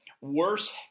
worse